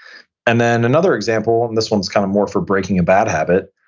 and then another example, and this one's kind of more for breaking a bad habit,